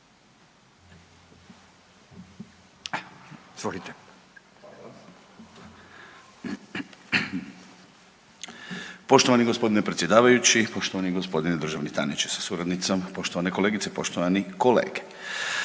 (DP)** Poštovani g. predsjedavajući, poštovani g. državni tajniče sa suradnicom, poštovane kolegice, poštovani kolege.